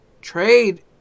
trade